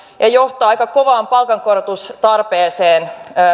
ja johtaa aika kovaan palkankorotustarpeeseen